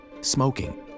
smoking